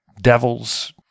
devils